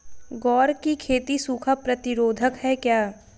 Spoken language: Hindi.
ग्वार की खेती सूखा प्रतीरोधक है क्या?